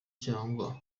cyangwa